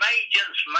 agents